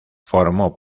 formó